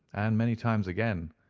and many times again,